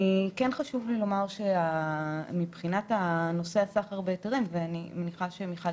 חשוב לי לומר שמבחינת הסחר בהיתרים ואני מניחה שמיכל